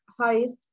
highest